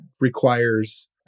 requires